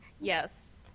yes